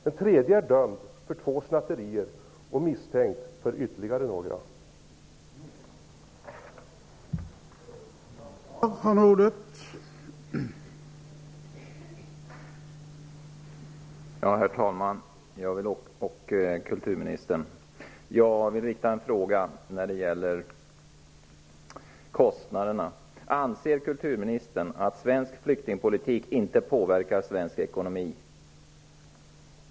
Den tredje är dömd för två snatterier och misstänkt för ytterligare några snatterier.